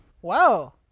Whoa